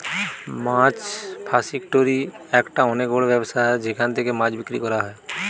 মাছ ফাসিকটোরি একটা অনেক বড় ব্যবসা যেখান থেকে মাছ বিক্রি করা হয়